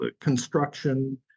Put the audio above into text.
construction